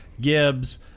Gibbs